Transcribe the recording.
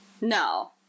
No